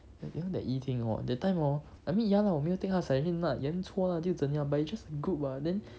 you know that yi ting hor that time hor I mean ya lah 我没有听她 suggestion lah 延错啦又怎样 but you just good [what]